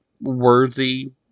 worthy